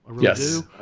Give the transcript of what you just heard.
Yes